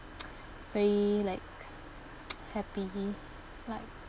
very like happy like